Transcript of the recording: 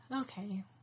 Okay